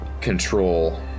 control